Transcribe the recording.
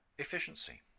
Efficiency